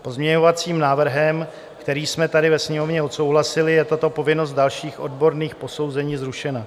Pozměňovacím návrhem, který jsme tady ve Sněmovně odsouhlasili, je tato povinnost dalších odborných posouzení zrušena.